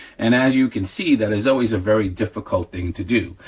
and as you can see, that is always a very difficult thing to do.